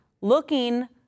looking